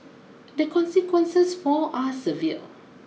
the consequences for are severe